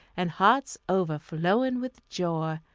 and hearts overflowing with joy.